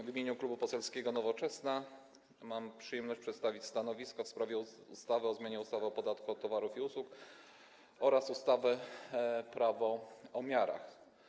W imieniu Klubu Poselskiego Nowoczesna mam przyjemność przedstawić stanowisko w sprawie projektu ustawy o zmianie ustawy o podatku od towarów i usług oraz ustawy Prawo o miarach.